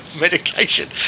medication